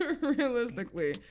realistically